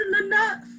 enough